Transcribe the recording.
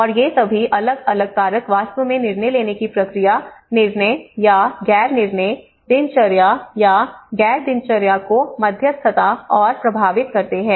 और ये सभी अलग अलग कारक वास्तव में निर्णय लेने की प्रक्रिया निर्णय या गैर निर्णय दिनचर्या या गैर दिनचर्या को मध्यस्थता और प्रभावित करते हैं